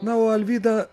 na o alvyda